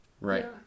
right